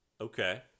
Okay